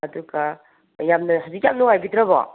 ꯑꯗꯨꯒ ꯌꯥꯝꯅ ꯍꯧꯖꯤꯛ ꯌꯥꯝꯅ ꯅꯨꯡꯉꯥꯏꯕꯤꯗ꯭ꯔꯕꯣ